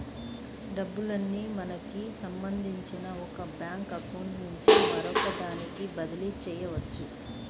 డబ్బుల్ని మనకి సంబంధించిన ఒక బ్యేంకు అకౌంట్ నుంచి మరొకదానికి బదిలీ చెయ్యొచ్చు